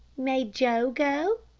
may joe go?